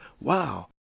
Wow